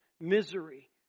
misery